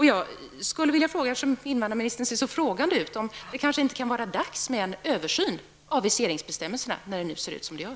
Jag skulle vilja fråga, eftersom invandrarministern ser så undrande ut, om det inte kan vara dags för en översyn av viseringsbestämmelserna, när det nu ser ut som det gör.